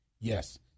Yes